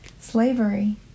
Slavery